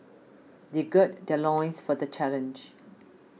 they gird their loins for the challenge